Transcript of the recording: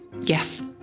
Yes